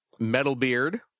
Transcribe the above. Metalbeard